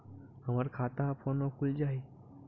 हमर खाता ह फोन मा खुल जाही?